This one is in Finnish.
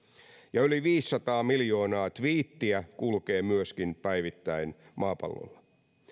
ja yli viisisataa miljoonaa tviittiä kulkee myöskin päivittäin maapallolla